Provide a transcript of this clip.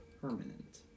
permanent